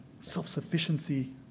self-sufficiency